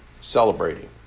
celebrating